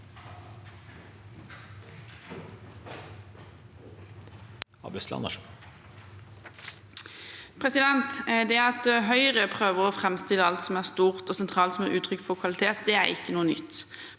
At Høyre prøver å framstille alt som er stort og sentralt som uttrykk for kvalitet, er ikke noe nytt,